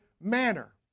manner